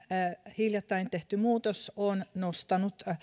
hiljattain tehty muutos on nostanut